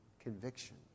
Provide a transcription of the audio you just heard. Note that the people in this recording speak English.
conviction